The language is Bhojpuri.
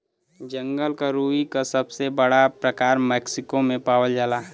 जंगल क रुई क सबसे बड़ा प्रकार मैक्सिको में पावल जाला